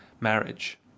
marriage